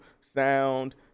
sound